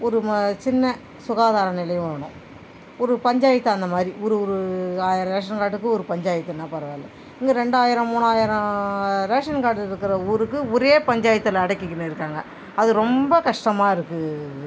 ஒரு ம சின்ன சுகாதார நிலையம் வேணும் ஒரு பஞ்சாயத்து அந்தமாதிரி ஒரு ஒரு ஆயிரம் ரேஷன் கார்டுக்கு ஒரு பஞ்சாயத்துனா பரவாயில்ல இந்த ரெண்டாயிரம் மூணாயிரம் ரேஷன் கார்டு இருக்கிற ஊருக்கு ஒரே பஞ்சாயத்தில் அடக்கிக்கினு இருக்காங்க அது ரொம்ப கஷ்டமாயிருக்கு